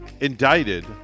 indicted